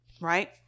right